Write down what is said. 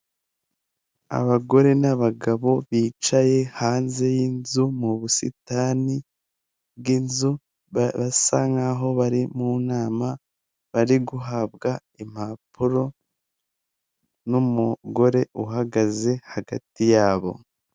Abagore n'abagabo bicaye hanze y'inzu mu busitani bw'inzu, basa nk'aho bari mu nama bari guhabwa impapuro n'umugore uhagaze hagati yabo.